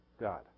God